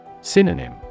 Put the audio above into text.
Synonym